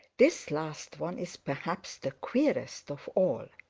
this last one is perhaps the queerest of all.